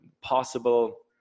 possible